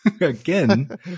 again